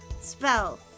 spell